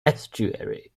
estuary